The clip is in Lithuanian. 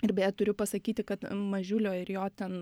ir beje turiu pasakyti kad mažiulio ir jo ten